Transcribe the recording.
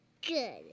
Good